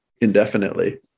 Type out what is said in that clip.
indefinitely